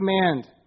command